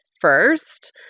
first